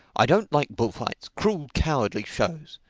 i don't like bullfights cruel, cowardly shows.